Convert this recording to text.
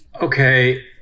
Okay